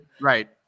Right